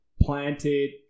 planted